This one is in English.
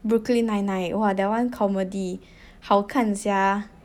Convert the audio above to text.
brooklyn nine nine !wah! that one comedy 好看 sia